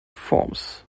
forms